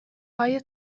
های